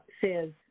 says